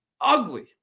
ugly